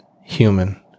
human